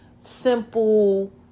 simple